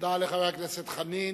תודה לחבר הכנסת חנין.